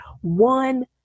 one